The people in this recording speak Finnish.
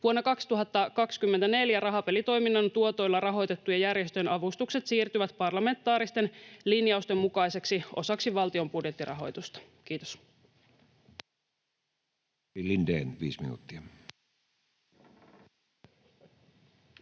Vuonna 2024 rahapelitoiminnan tuotoilla rahoitettujen järjestöjen avustukset siirtyvät parlamentaaristen linjausten mukaiseksi osaksi valtion budjettirahoitusta. — Kiitos.